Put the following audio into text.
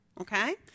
Okay